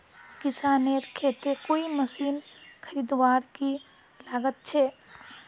किसानेर केते कोई मशीन खरीदवार की लागत छे?